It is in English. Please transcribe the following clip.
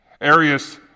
Arius